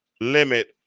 limit